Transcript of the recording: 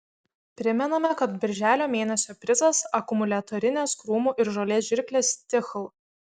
primename kad birželio mėnesio prizas akumuliatorinės krūmų ir žolės žirklės stihl